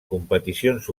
competicions